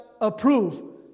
approve